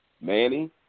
Manny